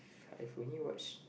I've only watched